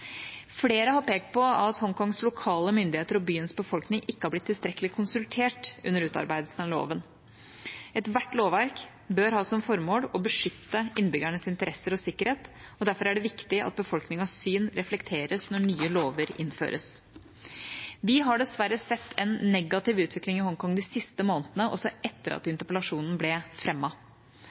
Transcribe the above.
Flere har pekt på at Hongkongs lokale myndigheter og byens befolkning ikke har blitt tilstrekkelig konsultert under utarbeidelsen av loven. Ethvert lovverk bør ha som formål å beskytte innbyggernes interesser og sikkerhet, og derfor er det viktig at befolkningens syn reflekteres når nye lover innføres. Vi har dessverre sett en negativ utvikling i Hongkong de siste månedene, også etter at interpellasjonen ble